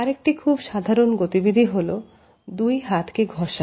আরেকটি খুব সাধারণ গতিবিধি হল দুই হাতকে ঘষা